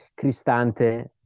Cristante